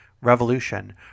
revolution